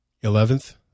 Eleventh